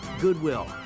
Goodwill